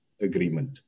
agreement